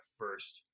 first